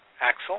Axel